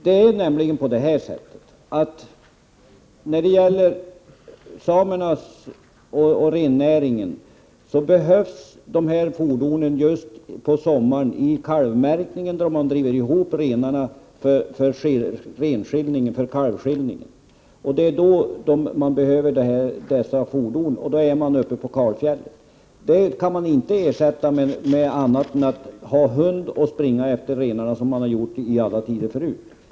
Det är nämligen så att de här fordonen behövs vid kalvmärkningen just på sommaren, när man driver ihop renarna för kalvskiljningen, och då är man uppe på kalfjället. Det kan man inte ersätta med annat än att ha hund och springa efter renarna, som man gjort tidigare i alla tider.